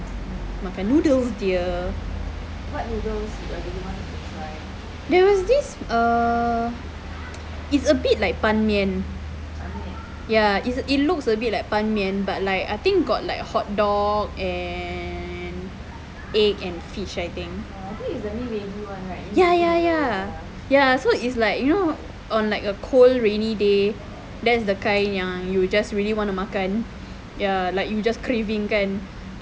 makan noodles dia there was this err it's a bit like ban mian ya it's it looks a bit like ban mian but like I think got like hot dog and egg and fish I think ya ya ya ya so it's like you know on like a cold rainy day that's the kind ya you just really want to makan ya like you just craving kan